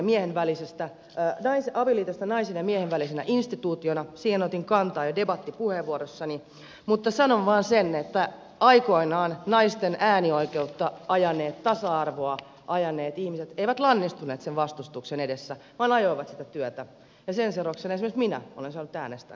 toiseen yleiseen argumenttiin avioliitosta naisen ja miehen välisenä instituutiona otin kantaa jo debattipuheenvuorossani mutta sanon vain sen että aikoinaan naisten äänioikeutta ajaneet tasa arvoa ajaneet ihmiset eivät lannistuneet vastustuksen edessä vaan ajoivat sitä työtä ja sen seurauksena esimerkiksi minä olen saanut äänestää koko elämäni